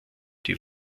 die